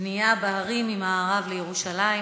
בנייה בהרים ממערב לירושלים.